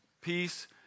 peace